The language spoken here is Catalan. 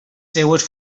seues